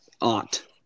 Ought